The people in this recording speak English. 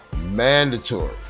Mandatory